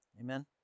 Amen